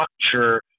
structure